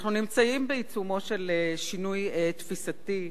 אנחנו נמצאים בעיצומו של שינוי תפיסתי,